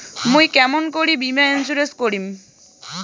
মুই কেমন করি বীমা ইন্সুরেন্স করিম?